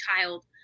child